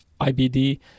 IBD